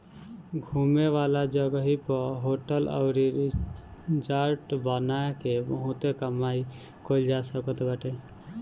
घूमे वाला जगही पअ होटल अउरी रिजार्ट बना के बहुते कमाई कईल जा सकत बाटे